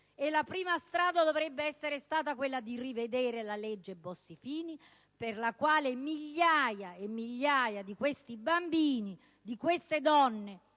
La prima strada avrebbe dovuto essere quella di rivedere la legge Bossi-Fini, per la quale migliaia e migliaia di questi bambini, di queste donne,